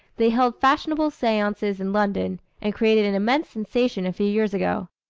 they held fashionable seances in london and created an immense sensation a few years ago.